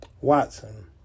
Watson